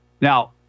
Now